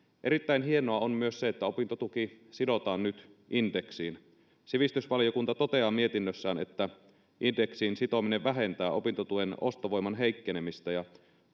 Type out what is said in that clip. erittäin hienoa on myös että opintotuki sidotaan nyt indeksiin sivistysvaliokunta toteaa mietinnössään että indeksiin sitominen vähentää opintotuen ostovoiman heikkenemistä ja